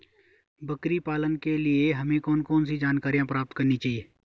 बकरी पालन के लिए हमें कौन कौन सी जानकारियां प्राप्त करनी चाहिए?